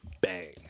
Bang